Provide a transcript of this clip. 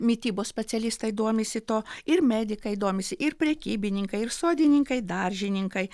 mitybos specialistai domisi tuo ir medikai domisi ir prekybininkai ir sodininkai daržininkai